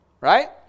Right